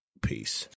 peace